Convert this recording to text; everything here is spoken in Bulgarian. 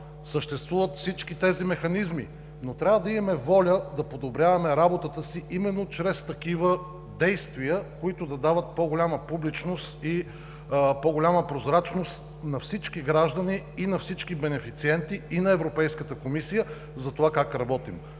съществуват всички тези механизми, но трябва да имаме воля да подобряваме работата си именно чрез такива действия, които да дават по-голяма публичност и по-голяма прозрачност на всички граждани и на всички бенефициенти, и на Европейската комисия за това как работим.